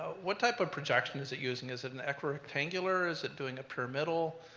what type of projection is it using, is it an equirectangular, is it doing a permittal,